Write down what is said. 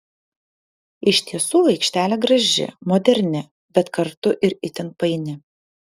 iš tiesų aikštelė graži moderni bet kartu ir itin paini